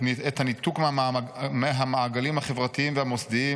את הניתוק מהמעגלים החברתיים והמוסדיים